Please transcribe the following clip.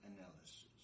analysis